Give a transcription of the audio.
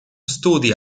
studi